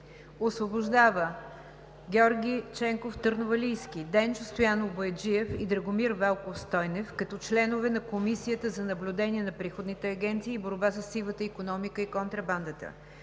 Освобождава Георги Ченков Търновалийски, Денчо Стоянов Бояджиев и Драгомир Велков Стойнев като членове на Комисията за наблюдение на приходните агенции и борба със сивата и контрабандата.